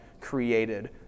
created